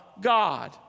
God